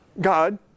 God